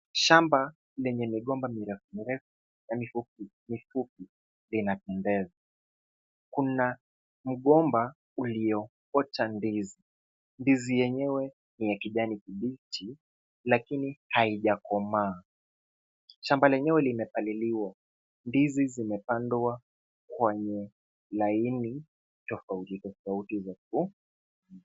Shamba lenye migomba mirefu mirefu na mifupi mifupi linapendeza. Kuna mgomba ulioota ndizi. Ndizi yenyewe ni ya kijani kibichi lakini haijakomaa. Shamba lenyewe limepaliliwa. Ndizi hizi zimepandwa kwenye laini tofauti tofauti refu.